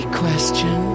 question